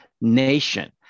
nation